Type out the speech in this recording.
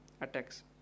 attacks